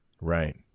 Right